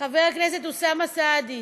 חבר הכנסת אוסאמה סעדי,